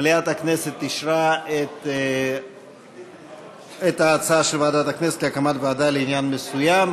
מליאת הכנסת אישרה את ההצעה של ועדת הכנסת להקים ועדה לעניין מסוים.